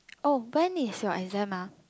oh when is your exam ah